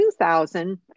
2000